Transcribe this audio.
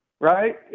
right